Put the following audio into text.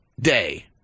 Day